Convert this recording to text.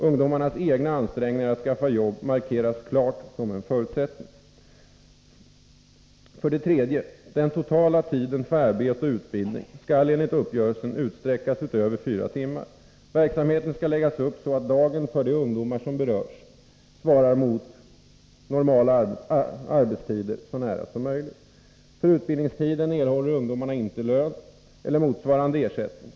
Ungdomarnas egna ansträngningar att skaffa jobb markeras klart som en förutsättning. 3. Den totala tiden för arbete och utbildning skall enligt uppgörelsen utsträckas utöver fyra timmar. Verksamheten skall läggas upp så, att dagen för de ungdomar som berörs, så nära som möjligt svarar mot normala arbetstider. För utbildningstiden erhåller ungdomarna inte lön eller motsvarande ersättning.